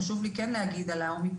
חשוב לי להגיד על האומיקרון,